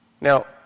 Now